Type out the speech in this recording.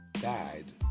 died